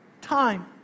Time